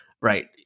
right